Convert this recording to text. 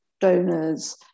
donors